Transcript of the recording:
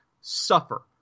suffer